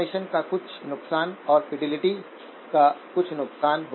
RL हासिल करते हैं हमें यह क्यों मिलता है